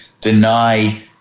deny